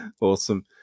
Awesome